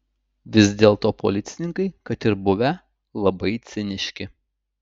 vis dėlto policininkai kad ir buvę labai ciniški